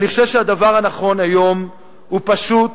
אני חושב שהדבר הנכון היום הוא פשוט